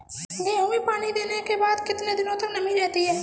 गेहूँ में पानी देने के बाद कितने दिनो तक नमी रहती है?